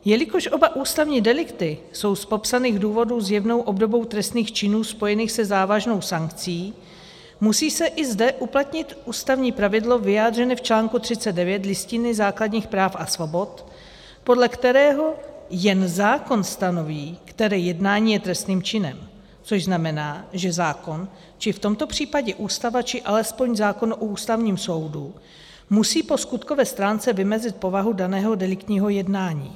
Jelikož oba ústavní delikty jsou z popsaných důvodů zjevnou obdobou trestných činů spojených se závažnou sankcí, musí se i zde uplatnit ústavní pravidlo vyjádřené v článku 39 Listiny základních práv a svobod, podle kterého jen zákon stanoví, které jednání je trestným činem, což znamená, že zákon, či v tomto případě Ústava, či alespoň zákon o Ústavním soudu, musí po skutkové stránce vymezit povahu daného deliktního jednání.